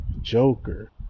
Joker